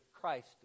Christ